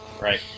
Right